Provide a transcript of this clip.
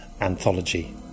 anthology